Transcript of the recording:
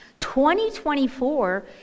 2024